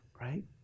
right